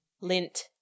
Lint